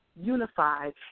Unified